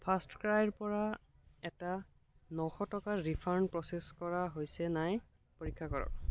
first ক্ৰাইৰ পৰা এটা নশ টকাৰ ৰিফাণ্ড প্ৰ'চেছ কৰা হৈছে নাই পৰীক্ষা কৰক